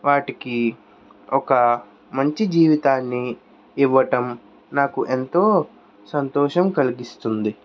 వాటికీ ఒక మంచి జీవితాన్ని ఇవ్వటం నాకు ఎంతో సంతోషం కలిగిస్తుంది